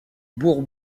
bourg